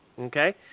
Okay